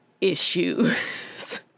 issues